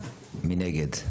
מי נגד?